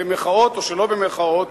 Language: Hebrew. במירכאות או שלא במירכאות,